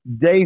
day